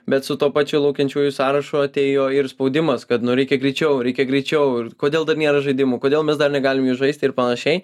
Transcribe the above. bet su tuo pačiu laukiančiųjų sąrašu atėjo ir spaudimas kad nu reikia greičiau reikia greičiau ir kodėl dar nėra žaidimų kodėl mes dar negalim jų žaisti ir panašiai